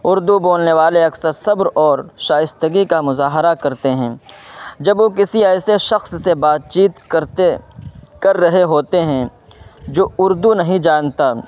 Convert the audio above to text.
اردو بولنے والے اکثر صبر اور شائشتگی کا مظاہرہ کرتے ہیں جب وہ کسی ایسے شخص سے بات چیت کرتے کر رہے ہوتے ہیں جو اردو نہیں جانتا